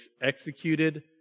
executed